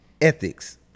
Ethics